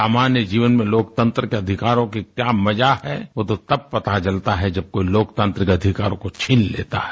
सामान्या जीवन में लोकतंत्र के अधिकारों का क्या मजा है वो तो जब पता चलता है जब कोई लोकतंत्र के अधिकारों को छीन लेता है